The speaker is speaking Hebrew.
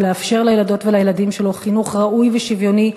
ולאפשר לילדות ולילדים שלו חינוך ראוי ושוויוני,